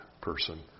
person